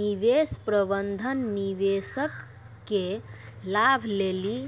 निवेश प्रबंधन निवेशक के लाभ लेली